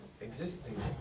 existing